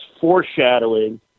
foreshadowing